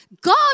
God